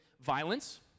violence